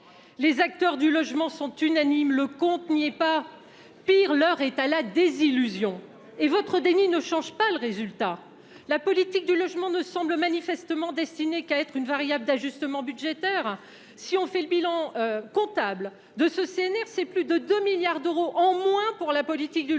Les acteurs du logement sont unanimes : le compte n'y est pas. Pis, l'heure est à la désillusion et votre déni ne change pas le résultat. La politique du logement ne semble manifestement destinée qu'à être une variable d'ajustement budgétaire. Si l'on fait le bilan comptable de ce CNR, c'est plus de 2 milliards d'euros en moins pour la politique du logement.